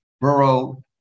borough